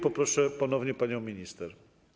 Poproszę ponownie panią minister.